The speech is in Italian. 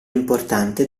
importante